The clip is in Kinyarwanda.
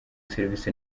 serivisi